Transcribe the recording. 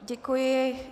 Děkuji.